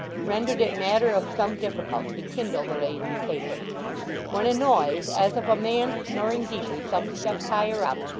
rendered it matter of some difficulty to kindle the lazy taper when a noise, as of a man snoring deeply some steps higher up,